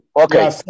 Okay